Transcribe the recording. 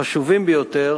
החשובים ביותר,